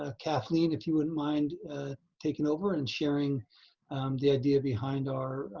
ah kathleen, if you wouldn't mind taking over and sharing the idea behind our